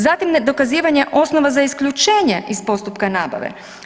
Zatim nedokazivanje osnova za isključenje iz postupka nabave.